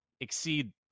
exceed